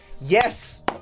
yes